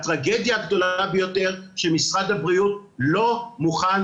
הטרגדיה הגדולה ביותר היא שמשרד הבריאות לא מוכן